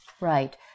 Right